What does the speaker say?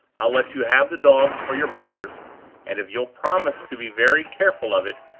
i'll let you have the dogs for your brothers and, if you'll promise to be very careful of it,